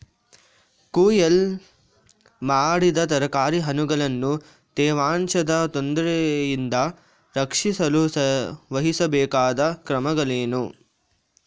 ಕೊಯ್ಲು ಮಾಡಿದ ತರಕಾರಿ ಹಣ್ಣುಗಳನ್ನು ತೇವಾಂಶದ ತೊಂದರೆಯಿಂದ ರಕ್ಷಿಸಲು ವಹಿಸಬೇಕಾದ ಕ್ರಮಗಳೇನು?